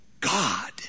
God